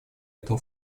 этом